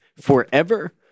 forever